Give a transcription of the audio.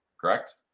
correct